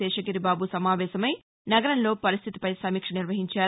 శేషగిరిబాబు సమావేశమై నగరంలో పరిస్థితిపై సమీక్ష నిర్వహించారు